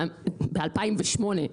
ב-2008.